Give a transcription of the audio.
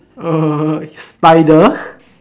uh spider